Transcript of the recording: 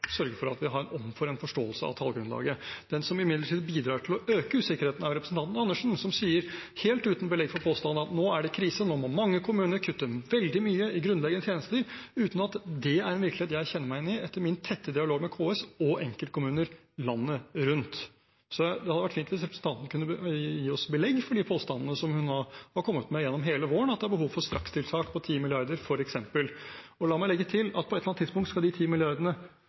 sørge for at vi har en omforent forståelse av tallgrunnlaget. Den som imidlertid bidrar til å øke usikkerheten, er jo representanten Andersen, som sier, helt uten belegg for påstanden, at nå er det krise, nå må mange kommuner kutte veldig mye i grunnleggende tjenester – uten at det er en virkelighet jeg kjenner meg igjen i, etter min tette dialog med KS og enkeltkommuner landet rundt. Så det hadde vært fint hvis representanten kunne gi oss belegg for de påstandene som hun har kommet med gjennom hele våren, at det er behov for strakstiltak på 10 mrd. kr, f.eks. La meg legge til at på et eller annet tidspunkt skal de ti milliardene